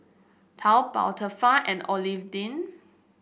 Taobao Tefal and Ovaltine